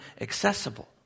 accessible